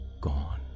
gone